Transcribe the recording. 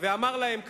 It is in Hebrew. ואמר להם כך: